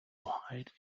hide